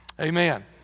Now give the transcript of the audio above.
Amen